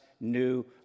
new